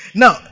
now